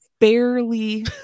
barely